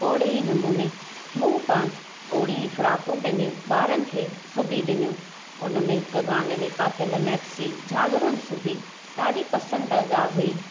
ओड़े ई नमूने मूं पाण ओड़े ई फ्रॉकूं पंहिंजे ॿारनि खे सिबी ॾिनो हुन में हिकु गाने में पातल मैक्सी झालरुनि सूधी ॾाढी पसंदीदा हुई